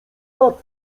lat